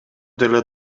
деле